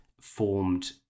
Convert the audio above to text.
formed